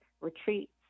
retreats